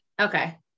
Okay